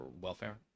welfare